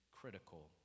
critical